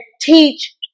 teach